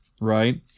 right